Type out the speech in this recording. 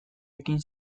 ekin